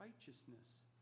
righteousness